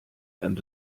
and